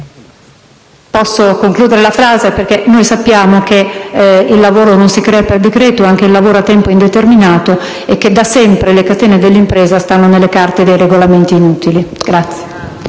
senatrice Bernini. BERNINI *(PdL)*. Sappiamo che il lavoro non si crea per decreto, anche il lavoro a tempo indeterminato, e che da sempre le catene dell'impresa stanno nelle carte dei regolamenti inutili.